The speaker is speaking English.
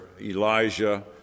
Elijah